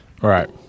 Right